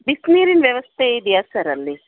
ಬಿಸಿ ನೀರಿಂದು ವ್ಯವಸ್ಥೆ ಇದೆಯಾ ಸರ್ ಅಲ್ಲಿ